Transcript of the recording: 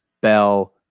bell